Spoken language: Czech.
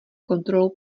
kontrolou